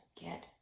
get